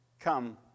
come